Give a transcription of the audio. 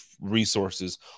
resources